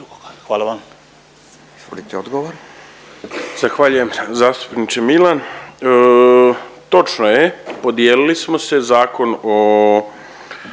(DP)** Zahvaljujem zastupniče Milan. Točno je, podijelili smo se. Zakon o